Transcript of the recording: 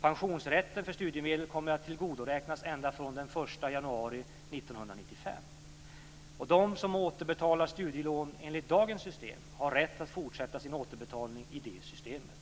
Pensionsrätt för studiemedel kommer att tillgodoräknas ända från den 1 januari De som återbetalar studielån enligt dagens system har rätt att fortsätta sin återbetalning i det systemet.